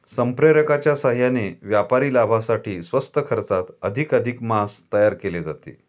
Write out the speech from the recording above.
संप्रेरकांच्या साहाय्याने व्यापारी लाभासाठी स्वस्त खर्चात अधिकाधिक मांस तयार केले जाते